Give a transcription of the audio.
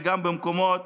במדינה